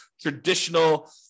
traditional